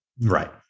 Right